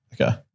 Okay